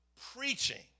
Preaching